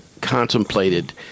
contemplated